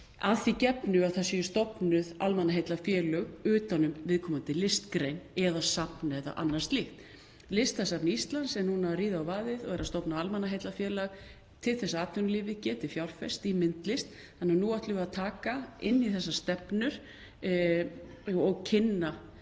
að því gefnu að stofnuð séu almannaheillafélög utan um viðkomandi listgrein, safn eða annað slíkt. Listasafn Íslands er núna að ríða á vaðið og er að stofna almannaheillafélag til þess að atvinnulífið geti fjárfest í myndlist. Nú ætlum við að taka þetta inn í þessar stefnur og kynna